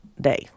day